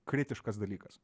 kritiškas dalykas